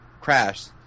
crashed